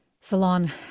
salon